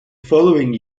following